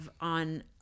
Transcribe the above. on